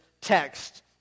text